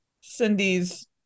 Cindy's